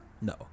No